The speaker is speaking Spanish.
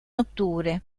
octubre